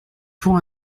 pour